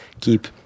keep